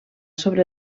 sobre